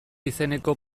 izeneko